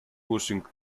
pushing